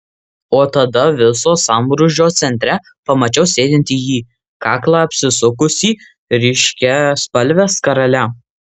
o tada viso to sambrūzdžio centre pamačiau sėdint jį kaklą apsisukusį ryškiaspalve skarele